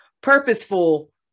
purposeful